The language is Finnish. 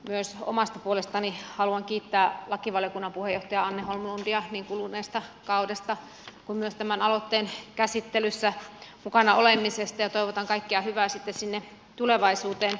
myös omasta puolestani haluan kiittää lakivaliokunnan puheenjohtajaa anne holmlundia niin kuluneesta kaudesta kuin myös tämän aloitteen käsittelyssä mukana olemisesta ja toivotan kaikkea hyvää sitten sinne tulevaisuuteen